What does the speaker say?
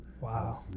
Wow